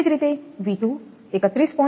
એ જ રીતે 31